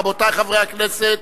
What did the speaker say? רבותי חברי הכנסת,